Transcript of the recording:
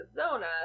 Arizona